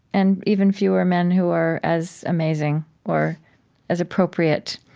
and even fewer men who are as amazing or as appropriate.